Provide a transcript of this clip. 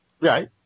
Right